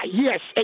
yes